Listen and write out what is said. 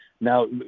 now